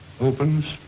opens